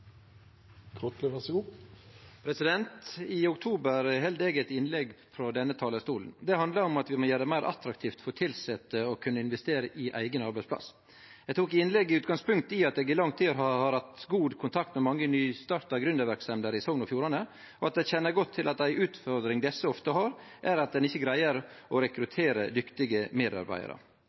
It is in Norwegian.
I oktober heldt eg eit innlegg frå denne talarstolen. Det handla om at vi må gjere det meir attraktivt for tilsette å kunne investere i eigen arbeidsplass. Eg tok i innlegget utgangspunkt i at eg i lang tid har hatt god kontakt med mange nystarta gründerverksemder i Sogn og Fjordane, og at eg kjenner godt til at ei utfordring desse ofte har, er at ein ikkje greier å rekruttere dyktige medarbeidarar.